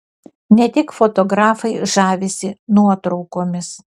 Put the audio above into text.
ne tik fotografai žavisi nuotraukomis